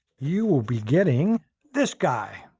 you will be getting this guy!